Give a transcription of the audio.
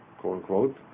quote-unquote